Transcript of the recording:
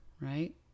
right